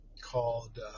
called